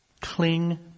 cling